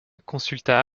consulta